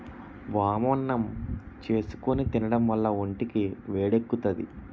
వామన్నం చేసుకుని తినడం వల్ల ఒంటికి వేడెక్కుతాది